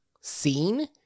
seen –